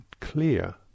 clear